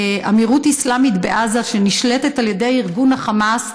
אמירות אסלאמית בעזה שנשלטת על ידי ארגון החמאס,